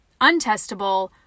untestable